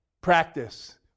practice